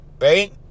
right